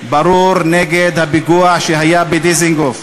ברור נגד הפיגוע שהיה בדיזנגוף,